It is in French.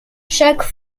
chaque